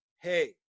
hey